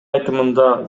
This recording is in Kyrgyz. айтымында